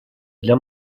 для